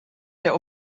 der